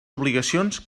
obligacions